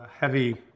heavy